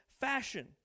fashion